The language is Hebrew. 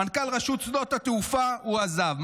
מנכ"ל רשות שדות התעופה הועזב,